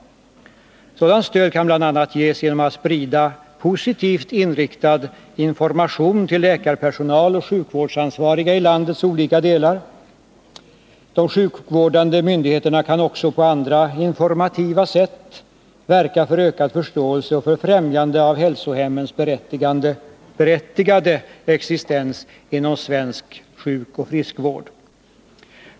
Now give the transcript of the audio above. Sådant stöd kan iman bl.a. ge genom att sprida positivt inriktad information till läkarpersonal och sjukvårdsansvariga i landets olika delar. De sjukvårdande myndigheterna kan också på andra informativa sätt verka för ökad förståelse och för främjande av hälsohemmens berättigade existens inom svensk sjukoch friskvård.